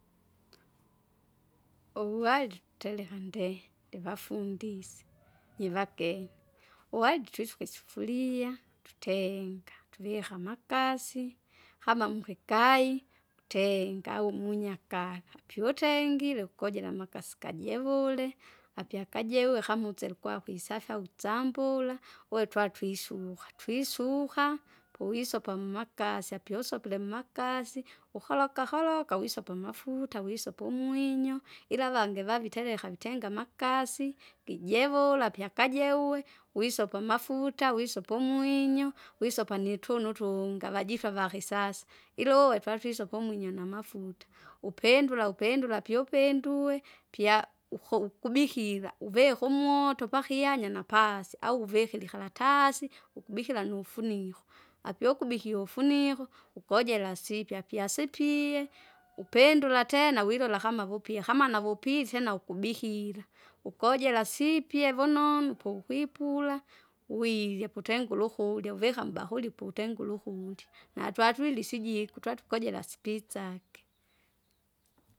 Uwari tereka ndee, ndevafundisye, nyivagene, uwari twisuke isufuria, tutenga, tuvika tuvika amakasi, hamamkikai, kutenga au munyakala piutengire ukujila amakasi kajevule, apyakajevu kamusele kwakwisafya usambula wetwatwisiku twisuka powisopa mumakasi apiausopile mmakasi, ukaloka kaloka wisoma amafuta, wisopa umwinyo. Ila avangi vavitereka vitenga amakasi kijevula pyakajeuwe, wisopa amafuta, wisopa umwinyo, wisopa nitunu utungi avajifa vakisasa. Ila uwe twatisopa umwinyo namafuta, upindula upindula pyopindue, pya- ukuo- ukubikira uvika umooto pakianya napasi, au uvikile ikaratasi! ukubikila nufuniko, apiukubikie ufuniko, ukojela asipya pyasipie, upindula tena wilola kama vupya kama nuvupi tena ukubikire. ukojela sipye vononu poukwipula, wirya kutenga ulukulya uvika mubakuri poutenga ulkurya natwatwile isijiku twatukojela sipitsake.